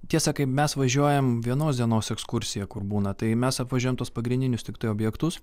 tiesa kai mes važiuojam vienos dienos ekskursija kur būna tai mes apvažiuojam tuos pagrindinius tiktai objektus